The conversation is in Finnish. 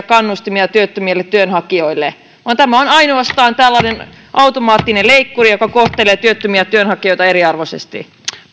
kannustimia työttömille työnhakijoille tämä on ainoastaan tällainen automaattinen leikkuri joka kohtelee työttömiä työnhakijoita eriarvoisesti